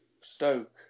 Stoke